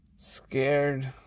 Scared